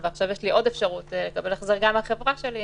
ועכשיו יש לי עוד אפשרות לקבל החזר גם מהחברה שלי,